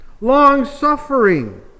Long-suffering